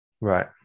Right